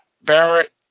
Barrett